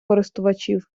користувачів